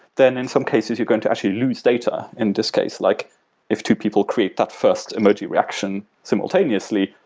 then in some cases, you're going to actually lose data in this case like if two people create that first emoji reaction simultaneously,